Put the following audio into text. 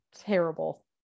terrible